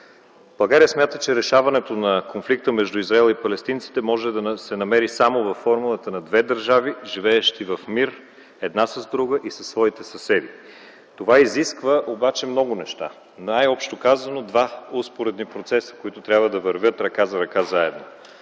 България смята, че решаването на конфликта между Израел и палестинците може да се намери само във формулата на две държави, живеещи в мир една с друга и със своите съседи. Това изисква обаче много неща. Най-общо казано, два успоредни процеса, които трябва да вървят ръка за ръка заедно.